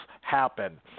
happen